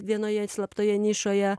vienoje slaptoje nišoje